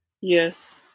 Yes